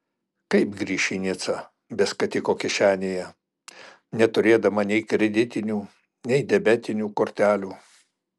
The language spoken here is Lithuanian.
kaip grįš į nicą be skatiko kišenėje neturėdama nei kreditinių nei debetinių kortelių